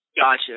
Gotcha